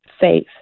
faith